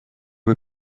were